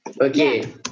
Okay